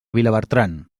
vilabertran